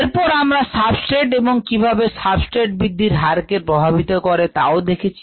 এরপর আমরা সাবস্ট্রেট এবং কিভাবে সাবস্ট্রেট বৃদ্ধির হারকে প্রভাবিত করে তাও দেখেছি